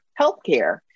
healthcare